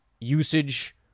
usage